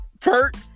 Kurt